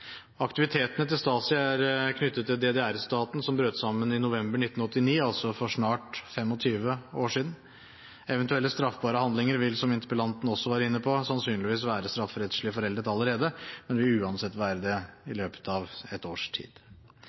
Aktivitetene til Stasi er knyttet til DDR-staten, som brøt sammen i november 1989, altså for snart 25 år siden. Eventuelle straffbare handlinger vil, som også interpellanten var inne på, sannsynligvis være strafferettslig foreldet allerede, men vil uansett være det i løpet av et års tid.